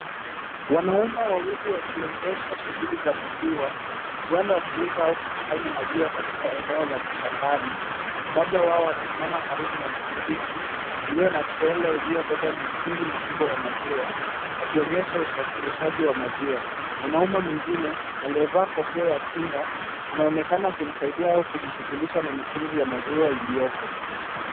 Wanaume wawili wakiendesha shughuli za maziwa huenda wakiuza au kukusanya maziwa katika eneo la mashambani. Mmoja wao anasimama karibu na pikipiki iliyo na trela iliyobeba mitungi mikubwa ya maziwa, akionyesha usafirishaji wa maziwa. Mwanamume mwingine aliyevaa kofia ya kinga anaonekana akimsaidia au kujishughulisha na mitungi ya maziwa iliyopo.